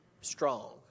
strong